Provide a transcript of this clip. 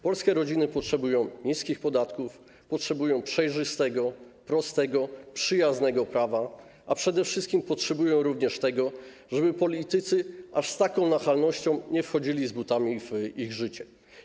Polskie rodziny potrzebują niskich podatków, potrzebują przejrzystego, prostego, przyjaznego prawa, a przede wszystkim potrzebują tego, żeby politycy aż z taką nachalnością nie wchodzili z butami w ich życie.